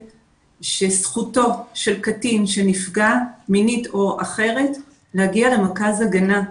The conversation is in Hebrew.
שזכותו של קטין שנפגע מינית או אחרת להגיע למרכז הגנה.